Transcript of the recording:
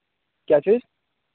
क्या चीज़